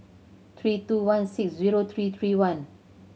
three two one six zero three three one